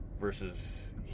versus